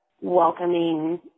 welcoming